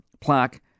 plaque